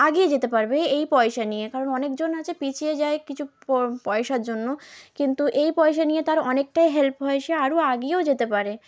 এগিয়ে যেতে পারবে এই পয়সা নিয়ে কারণ অনেকজন আছে পিছিয়ে যায় কিছু পয়সার জন্য কিন্তু এই পয়সা নিয়ে তার অনেকটাই হেল্প হয় সে আরও এগিয়েও যেতে পারে